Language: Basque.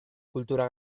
kultura